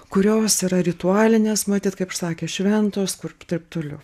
kurios yra ritualinės matyt kaip pasakė šventos kur taip toliau